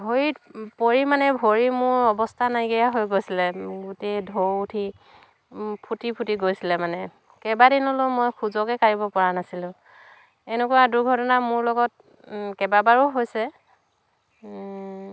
ভৰিত পৰি মানে ভৰিৰ মোৰ অৱস্থা নাইকীয়া হৈ গৈছিলে গোটেই ঢৌ উঠি ফুটি ফুটি গৈছিলে মানে কেইবাদিনলৈ মই খোজকে কাঢ়িব পৰা নাছিলোঁ এনেকুৱা দুৰ্ঘটনা মোৰ লগত কেইবাবাৰো হৈছে